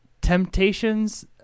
temptations